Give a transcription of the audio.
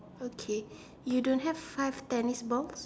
okay you don't have five tennis balls